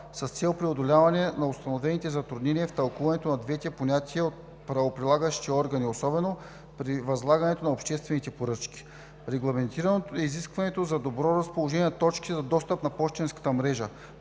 с цел преодоляване на установените затруднения при тълкуването на двете понятия от правоприлагащите органи, особено при възлагането на обществените поръчки. Регламентирано е изискването за добро разположение на точките за достъп на пощенската мрежа.